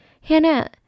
Hannah